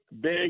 big